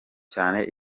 cyane